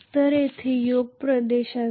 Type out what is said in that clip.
तर तेथे योक प्रदेश असेल